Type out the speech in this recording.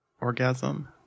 Orgasm